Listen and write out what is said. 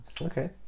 Okay